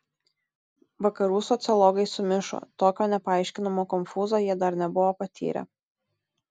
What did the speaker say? vakarų sociologai sumišo tokio nepaaiškinamo konfūzo jie dar nebuvo patyrę